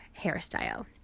hairstyle